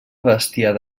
bestiar